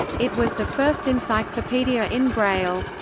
it was the first encyclopedia in braille.